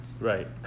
Right